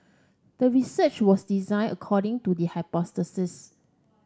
the research was designed according to the hypothesis